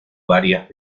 varias